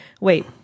wait